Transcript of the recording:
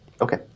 okay